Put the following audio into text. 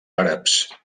àrabs